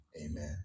amen